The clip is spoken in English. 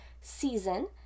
season